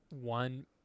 one